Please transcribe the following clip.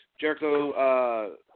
Jericho –